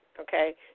okay